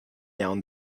down